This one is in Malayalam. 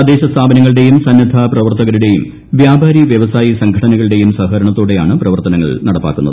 തദ്ദേക സ്ഥാപനങ്ങളുടെയും സന്നദ്ധ പ്രവർത്തകരുടേയും വ്യാപാരി വ്യവസായി സംഘടനകളുടെയും സഹകരണത്തോടെയാണ് പ്രവർത്തനങ്ങൾ നടപ്പാക്കുന്നത്